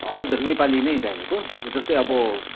हजुर नेपाली नै चाहिएको जस्तै अब